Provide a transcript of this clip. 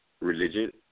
religion